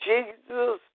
Jesus